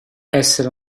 essere